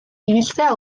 ibiltzea